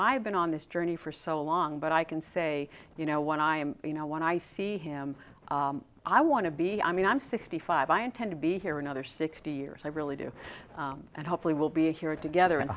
i've been on this journey for so long but i can say you know when i am you know when i see him i want to be i mean i'm sixty five i intend to be here another sixty years i really do and hopefully will be here together and